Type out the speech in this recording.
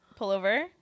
Pullover